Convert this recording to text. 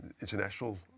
international